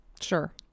Sure